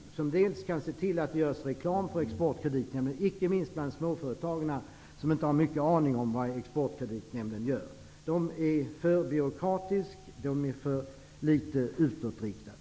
Dessa skulle kunna se till att det görs reklam för EKN, inte minst bland de småföretagare som inte har mycket aning om vad Exportkreditnämnden gör. Nämnden är för byråkratisk och för litet utåtriktad.